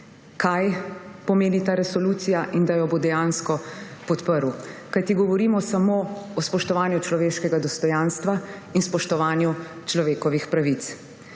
kaj pomeni ta resolucija, in da jo bo dejansko podprl. Kajti govorimo samo o spoštovanju človeškega dostojanstva in spoštovanju človekovih pravic.